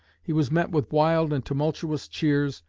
he was met with wild and tumultuous cheers,